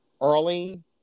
early